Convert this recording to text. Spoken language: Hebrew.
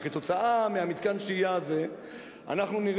כתוצאה מהקמת מתקן השהייה הזה תהיה